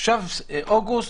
עכשיו אוגוסט,